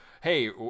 hey